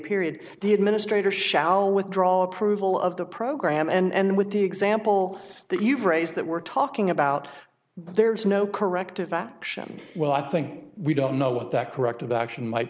period the administrator shall withdraw approval of the program and with the example that you've raised that we're talking about there is no corrective action well i think we don't know what that corrective action might